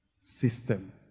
system